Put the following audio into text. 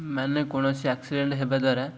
ମାନେ କୌଣସି ଆକ୍ସିଡ଼େଣ୍ଟ ହେବା ଦ୍ୱାରା